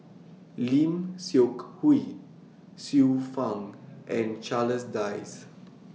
Lim Seok Hui Xiu Fang and Charles Dyce